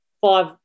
five